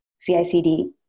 CI/CD